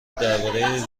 درباره